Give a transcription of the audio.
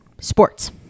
sports